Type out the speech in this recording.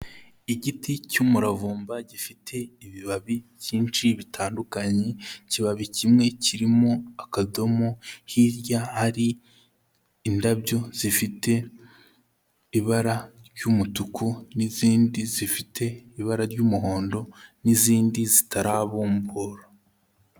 Igiti cy'umuravumba gifite ibibabi byinshi bitandukanye, ikibabi kimwe kirimo akadomo, hirya hari indabyo zifite ibara ry'umutuku n'izindi zifite ibara ry'umuhondo n'izindi zitarabumbura.